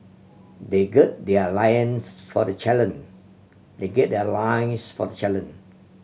they gird their lions for the challenge they gird their lions for the challenge